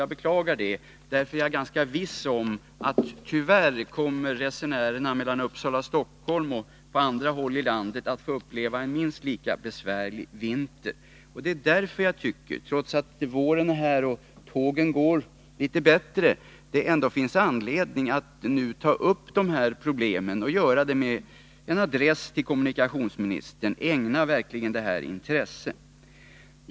Jag beklagar det, därför att jag är ganska viss om att resenärerna mellan Uppsala och Stockholm och på andra håll i landet tyvärr kommer att få uppleva en minst lika besvärlig vinter igen. Trots att det nu är vår och tågen går litet bättre tycker jag att det finns anledning att ta upp dessa problem, och med adress till kommunikationsministern vill jag säga att man verkligen skall ägna intresse åt detta.